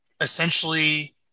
essentially